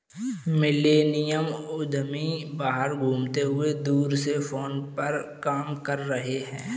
millennial उद्यमी बाहर घूमते हुए दूर से फोन पर काम कर रहे हैं